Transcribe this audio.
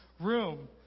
room